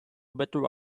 better